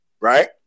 right